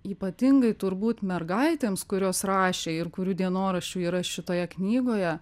ypatingai turbūt mergaitėms kurios rašė ir kurių dienoraščių yra šitoje knygoje